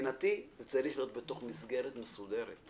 מבחינתי זה צריך להיות בתוך מסגרת מסודרת.